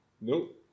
Nope